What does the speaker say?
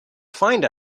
find